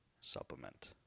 supplement